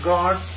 God